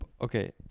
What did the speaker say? okay